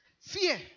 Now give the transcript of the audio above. Fear